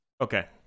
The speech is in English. Okay